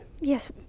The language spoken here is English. Yes